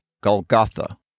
Golgotha